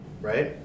right